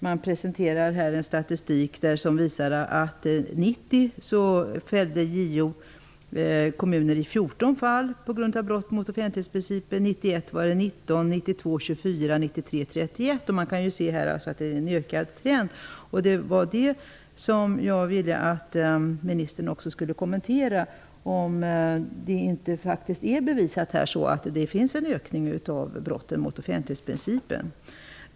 Man presenterar en statistik som visar att 1990 fällde JO kommuner i 14 fall på grund av brott mot offentlighetsprincipen, 1991 fälldes 19 kommuner, 1992 fälldes 24 kommuner och 1993 var det 31 kommuner som fälldes. Man kan här se en ökande trend. Det var det som jag ville att ministern skulle kommentera. Är det inte så, att det har skett en ökning av brotten mot offentlighetsprincipen?